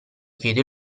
chiedo